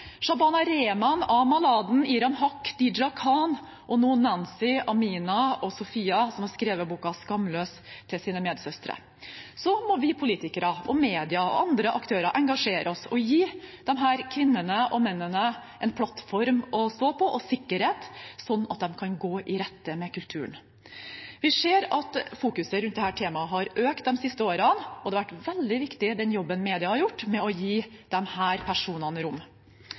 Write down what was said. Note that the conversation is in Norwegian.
Shabana Rehman, Amal Aden, Iram Haq, Deeyah Khan – og nå Nancy, Amina og Sofia, som har skrevet boken Skamløs til sine medsøstre. Så må vi politikere og media og andre aktører engasjere oss og gi disse kvinnene og mennene en plattform å stå på og sikkerhet sånn at de kan gå i rette med kulturen. Vi ser at oppmerksomheten rundt dette temaet har økt de siste årene, og media har gjort en veldig viktig jobb med å gi disse personene rom. Regjeringen har